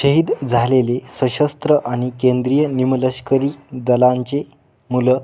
शहीद झालेले सशस्त्र आणि केंद्रीय निमलष्करी दलांचे मुलं